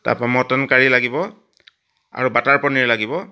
তাপা mutton curry লাগিব আৰু বাটাৰ পনিৰ লাগিব